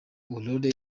aurore